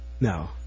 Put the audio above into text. No